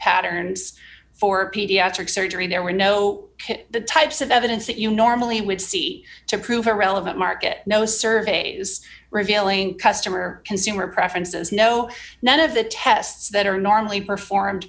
patterns for pediatric surgery there were no the types of evidence that you normally would see to prove a relevant market no surveys revealing customer consumer preferences no none of the tests that are normally performed